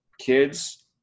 kids